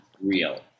real